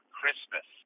Christmas